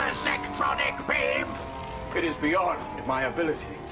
zectronic beam it is beyond my abilities.